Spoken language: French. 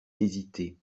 hésiter